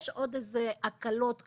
יש עוד איזה הקלות כאלה,